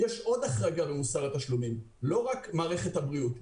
יש עוד החרגה במוסר התשלומים: לא רק מערכת הבריאות,